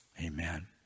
Amen